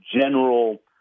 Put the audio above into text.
general